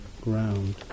ground